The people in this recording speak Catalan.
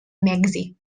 mèxic